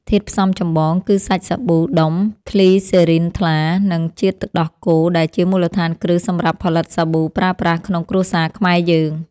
ធាតុផ្សំចម្បងគឺសាច់សាប៊ូដុំក្លីសេរីនថ្លា និង ជាតិទឹកដោះគោដែលជាមូលដ្ឋានគ្រឹះសម្រាប់ផលិតសាប៊ូប្រើប្រាស់ក្នុងគ្រួសារខ្មែរយើង។